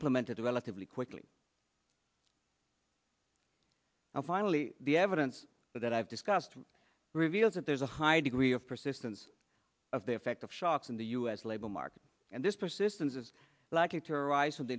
implemented relatively quickly and finally the evidence that i've discussed reveals that there's a high degree of persistence of the effect of shocks in the u s labor market and this persistence is likely to arise